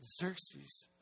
Xerxes